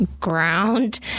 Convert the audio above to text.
ground